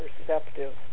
perceptive